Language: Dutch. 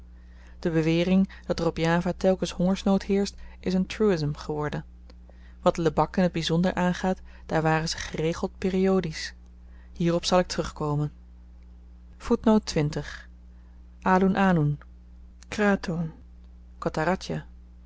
de bewering dat er op java telkens hongersnood heerscht is n truism geworden wat lebak in t byzonder aangaat daar waren ze geregeld periodisch hierop zal ik terugkomen aloen aloen kraton